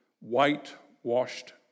whitewashed